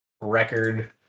record